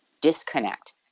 disconnect